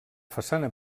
façana